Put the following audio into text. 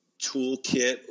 toolkit